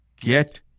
get